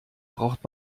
braucht